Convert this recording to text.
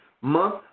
month